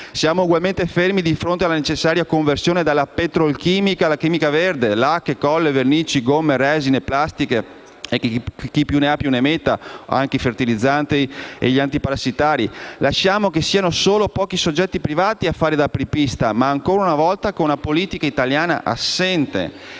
Siamo ugualmente fermi di fronte alla necessaria conversione dalla petrolchimica alla chimica verde (lacche, colle, vernici, gomme, resine, plastiche e chi più ne ha più ne metta; anche fertilizzanti e antiparassitari). Lasciamo che siano solo pochi soggetti privati a fare da apripista, ma ancora una volta con una politica italiana assente.